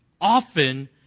often